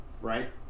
right